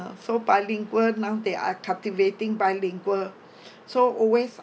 so bilingual now they are cultivating bilingual so always